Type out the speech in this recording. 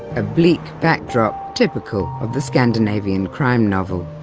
a bleak backdrop typical of the scandinavian crime novel.